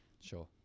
sure